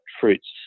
fruits